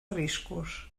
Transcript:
riscos